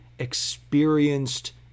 experienced